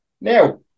Now